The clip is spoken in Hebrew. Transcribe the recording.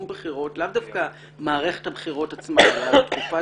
בחירות לאו דווקא מערכת הבחירות עצמה אלא התקופה